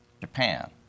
Japan